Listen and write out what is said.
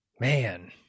Man